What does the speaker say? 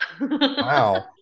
wow